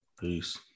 Peace